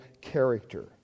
character